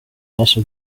also